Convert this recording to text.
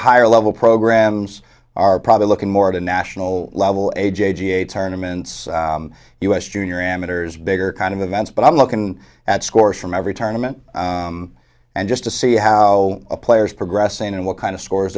higher level programs are probably looking more at a national level a j g a a tournaments u s junior amateurs bigger kind of events but i'm looking at scores from every tournament and just to see how players progressing and what kind of scores